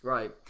Right